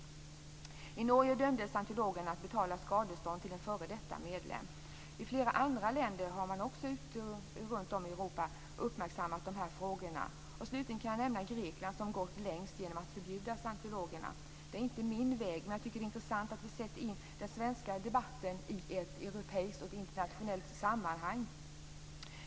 I Norge dömdes scientologerna att betala skadestånd till en f.d. medlem. I flera andra länder runtom i Europa har man också uppmärksammat dessa frågor. Slutligen kan jag nämna Grekland, som gått längst genom att förbjuda scientologerna. Det är inte min väg. Men det är intressant att sätta in den svenska debatten i ett europeiskt och internationellt sammanhang.